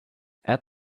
add